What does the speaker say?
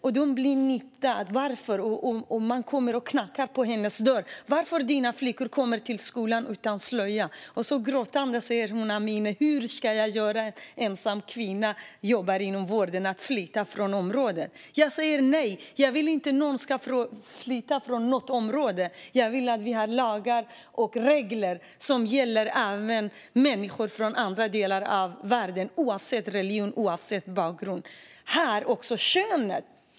De blir nypta och man frågar varför, och man kommer och knackar på hennes dörr och frågar varför hennes flickor kommer till skolan utan slöja. Gråtande säger hon: Amineh, hur ska jag göra som ensam kvinna som jobbar inom vården för att flytta från området? Jag säger nej, jag vill inte att någon ska flytta från något område. Jag vill att vi ska ha lagar och regler som gäller även människor från andra delar av världen, oavsett religion och oavsett bakgrund. Det här handlar också om kön.